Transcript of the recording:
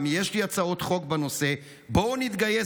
גם יש לי הצעות חוק בנושא: בואו נתגייס.